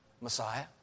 Messiah